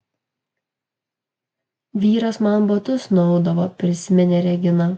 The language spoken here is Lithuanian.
vyras man batus nuaudavo prisiminė regina